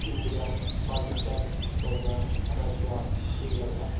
India Pakistan China Russia Sri Lanka